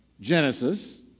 Genesis